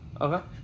Okay